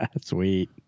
Sweet